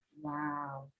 Wow